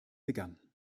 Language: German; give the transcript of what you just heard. begann